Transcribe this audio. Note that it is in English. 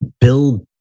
Bill